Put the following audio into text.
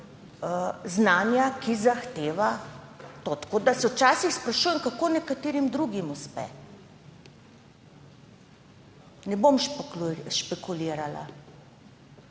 znanja, ki ga to zahteva. Tako da se včasih sprašujem, kako nekaterim drugim uspe. Ne bom špekulirala,